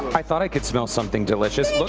i thought i could smell something delicious.